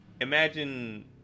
Imagine